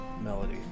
melody